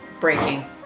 breaking